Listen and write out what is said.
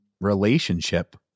relationship